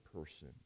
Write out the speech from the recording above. person